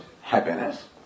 happiness